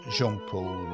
Jean-Paul